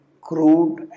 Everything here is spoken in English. crude